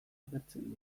agertzen